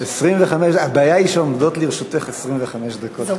הבעיה היא שעומדות לרשותך 25 דקות.